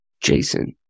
Jason